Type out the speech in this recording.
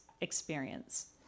experience